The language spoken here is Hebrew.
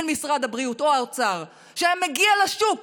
משרד הבריאות או האוצר שהיה מגיע לשוק